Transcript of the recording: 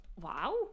Wow